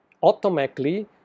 Automatically